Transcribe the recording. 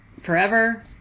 forever